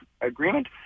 agreement